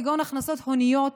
כגון הכנסות הוניות